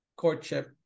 courtship